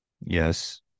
Yes